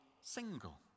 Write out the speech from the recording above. single